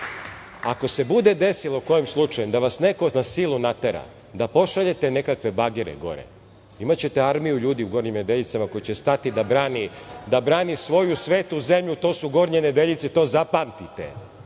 se bude desilo kojim slučajem da vas neko na silu natera da pošaljete nekakve bagere gore, imaćete armiju ljudi gore u Gornjim Nedeljicama koji će stati da brane svoju svetu zemlju, to su Gornje Nedeljice. To zapamtite. Što